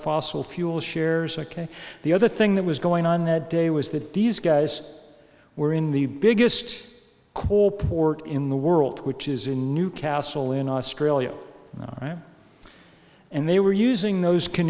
fossil fuel shares ok the other thing that was going on that day was that these guys were in the biggest coal port in the world which is in newcastle in australia and they were using those can